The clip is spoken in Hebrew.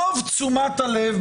רוב תשומת הלב,